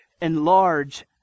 enlarge